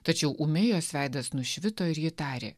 tačiau ūmiai jos veidas nušvito ir ji tarė